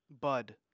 Bud